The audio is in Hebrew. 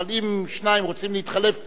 אבל אם שניים רוצים להתחלף ביניהם,